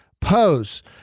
pose